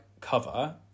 cover